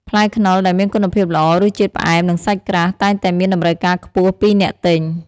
ផ្លែខ្នុរដែលមានគុណភាពល្អ រសជាតិផ្អែម និងសាច់ក្រាស់ តែងតែមានតម្រូវការខ្ពស់ពីអ្នកទិញ។